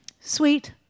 Sweet